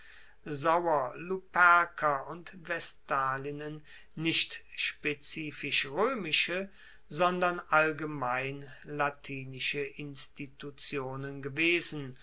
sauer luperker und vestalinnen nicht spezifisch roemische sondern allgemein latinische institutionen gewesen